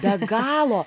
be galo